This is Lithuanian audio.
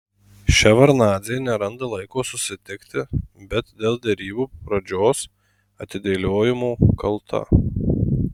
ševardnadzė neranda laiko susitikti bet dėl derybų pradžios atidėliojimo kalta